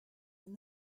and